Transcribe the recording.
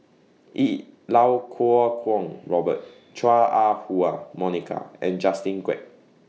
E Lau Kuo Kwong Robert Chua Ah Huwa Monica and Justin Quek